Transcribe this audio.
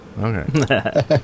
Okay